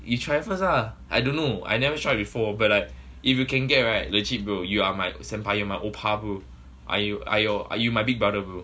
you try first lah I don't know I never tried before but like if you can get right legit bro you are my senpai my oppa bro I your I your you my big brother bro